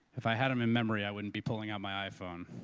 if i had them in memory, i wouldn't be pulling out my iphone.